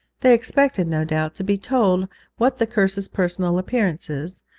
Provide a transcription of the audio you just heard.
they expected, no doubt, to be told what the curse's personal appearance is,